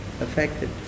affected